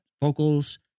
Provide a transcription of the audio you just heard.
vocals